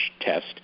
test